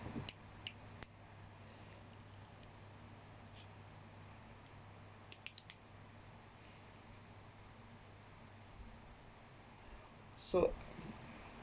so